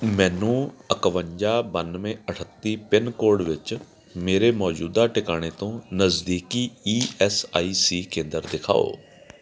ਮੈਨੂੰ ਇੱਕਵੰਜਾ ਬਾਨਵੇਂ ਅਠੱਤੀ ਪਿੰਨ ਕੋਡ ਵਿੱਚ ਮੇਰੇ ਮੌਜੂਦਾ ਟਿਕਾਣੇ ਤੋਂ ਨਜ਼ਦੀਕੀ ਈ ਐਸ ਆਈ ਸੀ ਕੇਂਦਰ ਦਿਖਾਓ